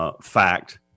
fact